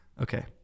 Okay